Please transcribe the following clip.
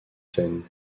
scène